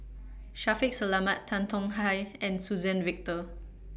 Shaffiq Selamat Tan Tong Hye and Suzann Victor